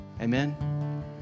Amen